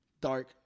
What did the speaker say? Dark